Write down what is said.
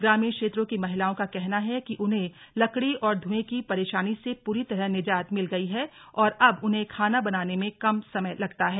ग्रामीण क्षेत्रों की महिलाओं का कहना है कि उन्हें लकड़ी और धुएं की परेशानी से पूरी तरह निजात मिल गयी है और अब उन्हें खाना बनाने में कम समय लगता है